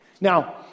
Now